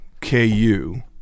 KU